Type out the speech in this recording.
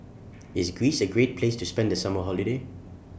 IS Greece A Great Place to spend The Summer Holiday